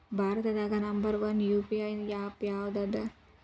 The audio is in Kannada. ಭಾರತದಾಗ ನಂಬರ್ ಒನ್ ಯು.ಪಿ.ಐ ಯಾಪ್ ಯಾವದದ